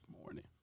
morning